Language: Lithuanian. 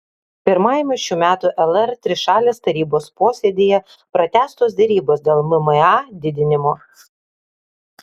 pirmajame šių metų lr trišalės tarybos posėdyje pratęstos derybos dėl mma didinimo